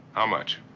how much?